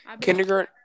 Kindergarten